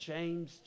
James